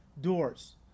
doors